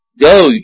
Go